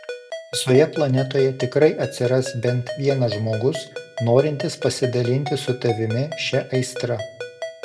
visoje planetoje tikrai atsiras bent vienas žmogus norintis pasidalinti su tavimi šia aistra